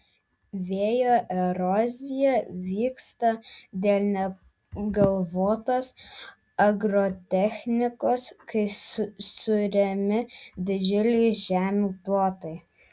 vėjo erozija vyksta dėl neapgalvotos agrotechnikos kai suariami didžiuliai žemių plotai